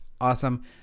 awesome